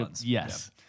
yes